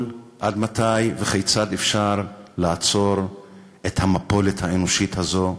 עד מתי וכיצד אפשר לעצור את המפולת האנושית הזאת?